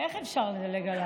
איך אפשר לדלג עלייך?